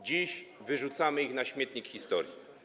Dziś wyrzucamy ich na śmietnik historii.